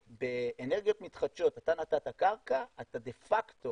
באנרגיות מתחדשות אתה נתת קרקע אתה דה פקטו